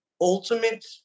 ultimate